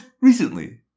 recently